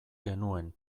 genuen